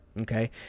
okay